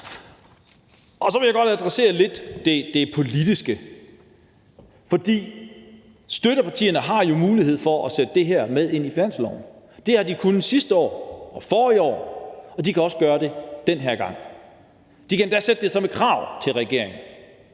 Så vil jeg godt adressere det politiske lidt. Støttepartierne har jo mulighed for at tage det her med ind i finansloven. Det har de kunnet sidste år og forrige år, og de kan også gøre det den her gang. De kan endda stille det som et krav til regeringen.